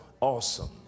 awesome